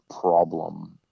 problem